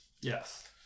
Yes